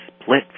split